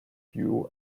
queue